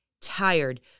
tired